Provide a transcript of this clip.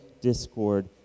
discord